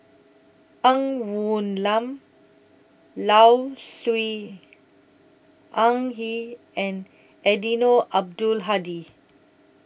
Ng Woon Lam Low Siew Nghee and Eddino Abdul Hadi